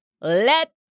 let